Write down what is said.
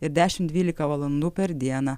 ir dešim dvylika valandų per dieną